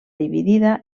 dividida